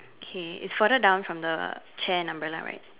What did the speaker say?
okay it's further down from the chair and umbrella right